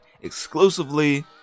exclusively